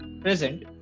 present